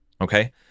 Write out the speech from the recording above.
okay